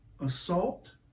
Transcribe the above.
assault